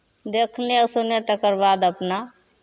देखनाइ सुननाइ तकर बाद अपना